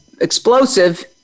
explosive